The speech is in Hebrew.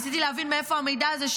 ניסיתי להבין מאיפה המידע הזה,